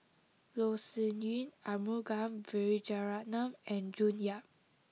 Loh Sin Yun Arumugam Vijiaratnam and June Yap